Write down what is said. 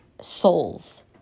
souls